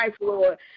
Lord